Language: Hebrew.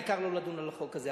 העיקר לא לדון על החוק הזה.